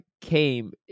came